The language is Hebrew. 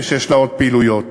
ויש לה עוד פעילויות,